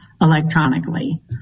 electronically